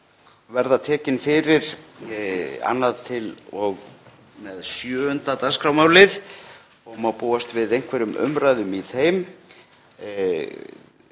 verða tekin fyrir 2. til og með 7. dagskrármálið, og má búast við einhverjum umræðum í þeim.